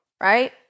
right